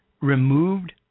removed